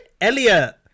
Elliot